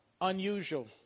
unusual